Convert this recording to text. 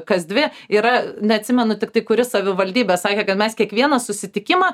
kas dvi yra neatsimenu tiktai kuri savivaldybė sakė kad mes kiekvieną susitikimą